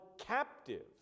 captive